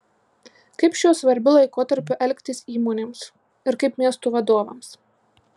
kaip šiuo svarbiu laikotarpiu elgtis įmonėms ir kaip miestų vadovams